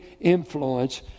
influence